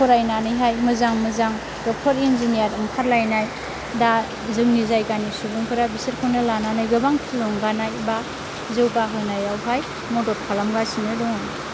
फरायनानैहाय मोजां मोजां doctor engineer ओंखारलायनाय दा जोंनि जायगानि सुबुंफोरा बिसोरखौनि लानानै गोबां थुलुंगानायबा जौगाहोनायावहाय मदद खालाम गासिनो दङ